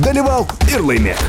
dalyvauk ir laimėk